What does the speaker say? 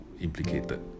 implicated